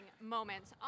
moments